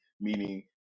Meaning